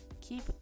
keep